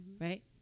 right